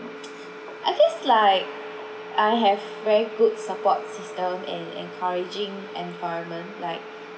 hmm I guess like I have very good support system and encouraging environment like